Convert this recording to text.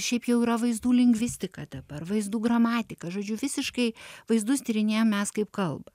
šiaip jau yra vaizdų lingvistika dabar vaizdų gramatika žodžiu visiškai vaizdus tyrinėjam mes kaip kalbą